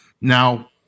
Now